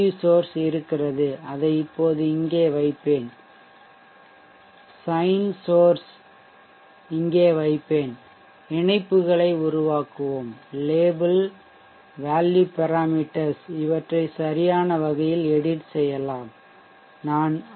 source இருக்கிறது அதை இப்போது இங்கே வைப்பேன் sign source இங்கே வைப்பேன் இணைப்புகளை உருவாக்குவோம் label value parameters இவற்றை சரியான வகையில் எடிட் செய்யலாம் நான் ஐ